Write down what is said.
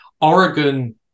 Oregon